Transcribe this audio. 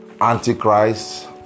antichrist